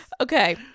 Okay